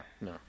No